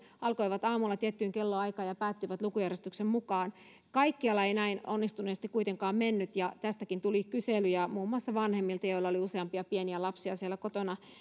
alkoivat aamulla tiettyyn kellonaikaan ja päättyivät lukujärjestyksen mukaan kaikkialla ei näin onnistuneesti kuitenkaan mennyt ja tästäkin tuli kyselyjä muun muassa vanhemmilta joilla oli useampia pieniä lapsia siellä kotona